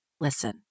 listen